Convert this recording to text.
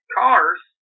cars